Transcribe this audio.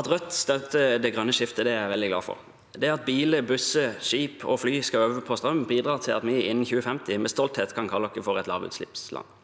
At Rødt støtter det grønne skiftet, er jeg veldig glad for. Det at biler, busser, skip og fly skal over på strøm, bidrar til at vi innen 2050 med stolthet kan kalle oss for et lavutslippsland.